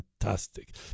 Fantastic